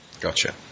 Gotcha